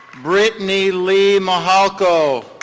britney lee muhalco.